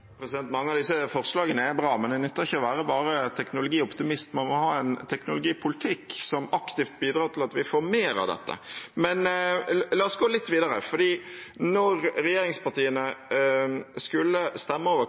Mange av disse forslagene er bra, men det nytter ikke å være bare teknologioptimist, man må ha en teknologipolitikk som aktivt bidrar til at vi får mer av dette. Men la oss gå litt videre, for da regjeringspartiene skulle stemme over